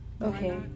Okay